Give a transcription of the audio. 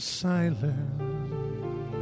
silence